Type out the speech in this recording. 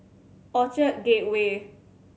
Orchard Gateway